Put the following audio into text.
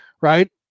right